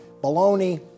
baloney